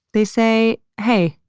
they say, hey,